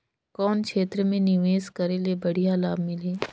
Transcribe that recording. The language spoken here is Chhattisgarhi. कौन क्षेत्र मे निवेश करे ले बढ़िया लाभ मिलही?